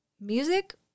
Music